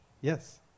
Yes